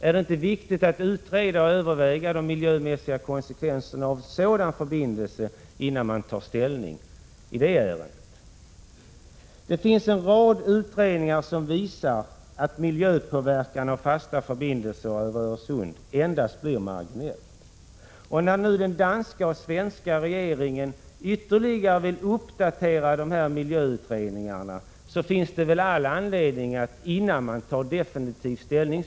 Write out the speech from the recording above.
Är det inte nödvändigt att utreda och överväga de miljömässiga konsekvenserna av en sådan förbindelse innan man tar ställning? En rad utredningar visar att miljöpåverkan av fasta förbindelser över Öresund endast blir marginell. När nu den danska och den svenska regeringen ytterligare vill uppdatera dessa miljöutredningar, finns det väl all anledning att avvakta det utredningsarbetet innan man tar definitiv ställning.